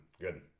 good